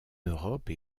europe